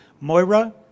Moira